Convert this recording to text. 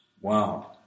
Wow